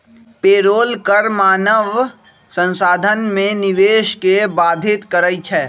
payroll कर मानव संसाधन में निवेश के बाधित करइ छै